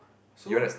so